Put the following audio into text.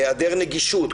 היעדר נגישות.